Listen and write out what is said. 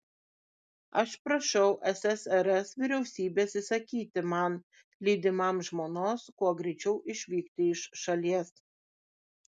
aš prašau ssrs vyriausybės įsakyti man lydimam žmonos kuo greičiau išvykti iš šalies